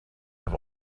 i’ve